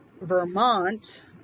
Vermont